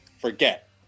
forget